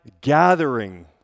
gathering